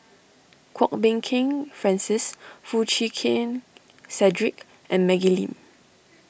Kwok Peng Kin Francis Foo Chee Keng Cedric and Maggie Lim